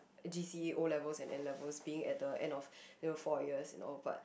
g_c_e o-levels and N-levels being at the end of you know four years and all but